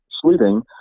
sleeping